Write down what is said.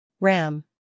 RAM